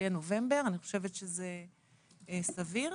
חושבת שזה סביר.